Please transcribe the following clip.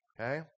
Okay